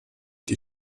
die